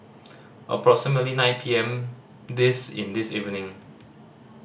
approximately nine P M this in this evening